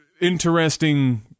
interesting